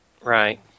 Right